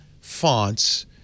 fonts